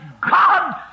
God